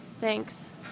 Thanks